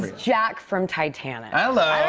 jack from titanic. hello.